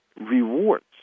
rewards